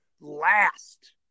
last